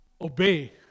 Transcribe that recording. obey